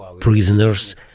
prisoners